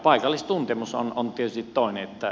paikallistuntemus on tietysti toinen